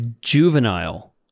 juvenile